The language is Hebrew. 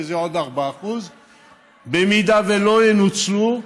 שזה עוד 4%. במידה שלא ינוצלו,